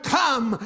come